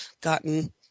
gotten